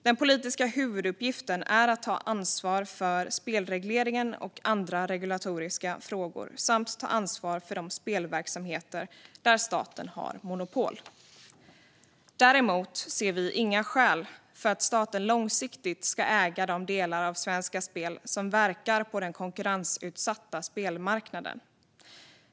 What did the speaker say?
Den politiska huvuduppgiften är att ta ansvar för spelregleringen och andra regulatoriska frågor samt att ta ansvar för de spelverksamheter där staten har monopol. Däremot ser vi inga skäl för att staten långsiktigt ska äga de delar av Svenska Spel som verkar på den konkurrensutsatta spelmarknaden.